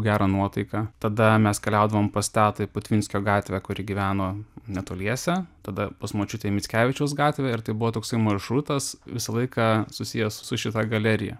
gerą nuotaiką tada mes keliaudavom pas tetą į putvinskio gatvę kuri gyveno netoliese tada pas močiutę į mickevičiaus gatvę ir tai buvo toksai maršrutas visą laiką susijęs su šita galerija